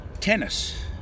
tennis